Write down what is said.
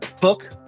book